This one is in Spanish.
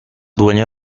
dueño